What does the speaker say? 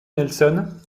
nelson